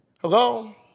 Hello